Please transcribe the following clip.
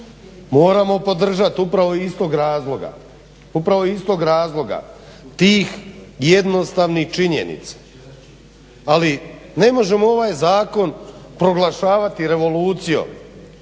moramo podržati upravo iz tog razloga, tih jednostavnih činjenica, ali ne možemo ovaj zakon proglašavati revolucijom,